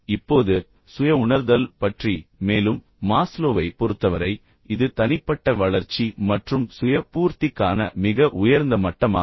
இப்போது சுய உணர்தல் பற்றி மேலும் மாஸ்லோவைப் பொறுத்தவரை இது தனிப்பட்ட வளர்ச்சி மற்றும் சுய பூர்த்திக்கான மிக உயர்ந்த மட்டமாகும்